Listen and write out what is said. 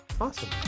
awesome